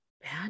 bad